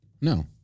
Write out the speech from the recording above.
No